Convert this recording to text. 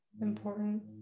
important